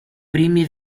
primi